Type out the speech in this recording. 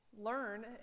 learn